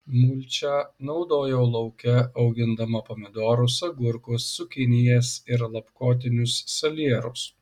mulčią naudojau lauke augindama pomidorus agurkus cukinijas ir lapkotinius salierus